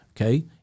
okay